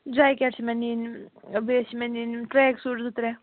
jacket چھِ مےٚ نِنۍ بیٚیہِ چھِ مےٚ نِنۍ یِم ٹریک سوٗٹھ زٕ ترٛےٚ